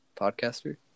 Podcaster